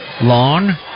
Long